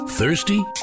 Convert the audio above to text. thirsty